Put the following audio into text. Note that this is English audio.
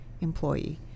employee